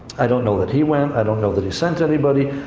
i don't know that he went, i don't know that he sent anybody.